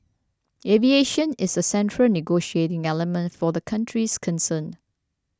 aviation is a central negotiating element for the countries concerned